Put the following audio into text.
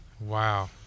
wow